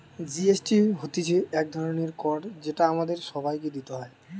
GST হতিছে এক ধরণের কর যেটা আমাদের সবাইকে দিতে হয়